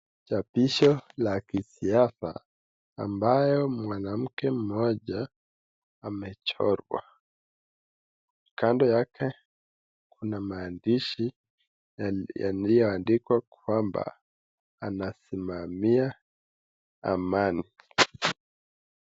Chapisho la kisiasa ambayo mwanamke mmoja amechorwa kando yake kuna maandishi yaliyoandikwa kwamba anasimamia amani.